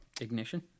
Ignition